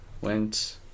went